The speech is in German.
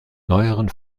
neueren